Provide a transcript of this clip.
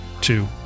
Two